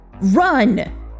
Run